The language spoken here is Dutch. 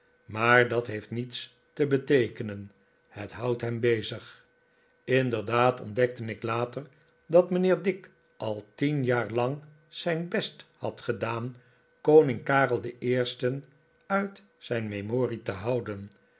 maar dat heeft niets te beteekenen het houdt hem bezig inderdaad ontdekte ik later dat mijnheer dick al tien jaar lang zijn best had gedaan koning karel den eersten uit zijn memorie te houden